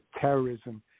terrorism